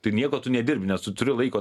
tai nieko tu nedirbi nes turi laiko